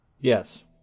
Yes